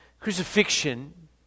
Crucifixion